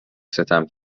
ستم